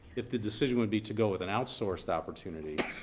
if the decision would be to go with an outsourced opportunity,